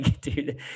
dude